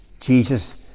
jesus